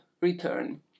return